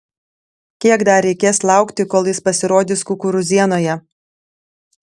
kiek dar reikės laukti kol jis pasirodys kukurūzienoje